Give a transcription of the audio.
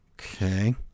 Okay